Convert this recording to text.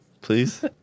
please